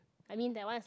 I mean that one is like